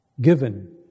given